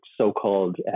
so-called